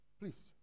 please